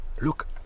Look